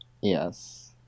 yes